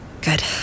Good